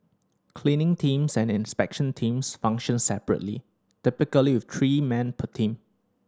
cleaning teams and inspection teams function separately typically with three men per team